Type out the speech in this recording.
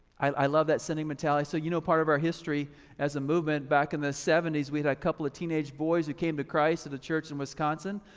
i love that sending mentality, so you know, part of our history as a movement back in the seventy s, we had a couple of teenage boys who came to christ at a church in wisconsin.